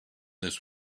this